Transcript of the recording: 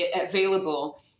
available